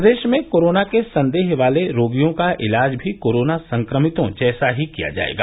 प्रदेश में कोरोना के सन्देह वाले रोगियों का इलाज भी कोरोना संक्रमितों जैसे ही किया जाएगा